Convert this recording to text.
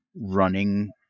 running